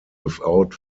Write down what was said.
without